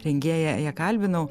rengėja ją kalbinau